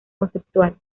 conceptual